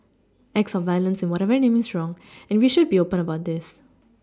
acts of violence in whatever name is wrong and we should be open about this